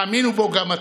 האמינו בו גם אתם,